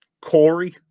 Corey